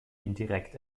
indirekt